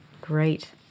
Great